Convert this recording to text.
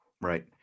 right